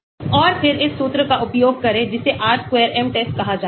और फिर इस सूत्र का उपयोग करें जिसे r square m टेस्ट कहा जाता है